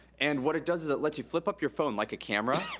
and what it does is it lets you flip up your phone like a camera,